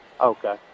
Okay